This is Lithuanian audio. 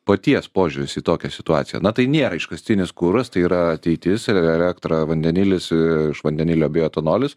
paties požiūris į tokią situaciją na tai nėra iškastinis kuras tai yra ateitis ir ele elektra vandenilis ė iš vandenilio bio etanolis